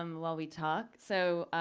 um while we talk, so.